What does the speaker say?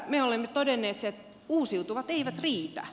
me olemme todenneet että uusiutuvat eivät riitä